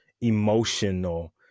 emotional